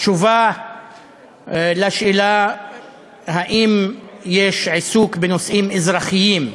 תשובה על השאלה אם יש עיסוק בנושאים אזרחיים.